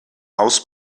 haus